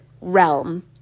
realm